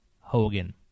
Hogan